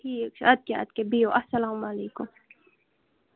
ٹھیٖک چھُ اَدٕ کیٛاہ اَدٕ کیٛاہ بِہِو السلامُ علیکُم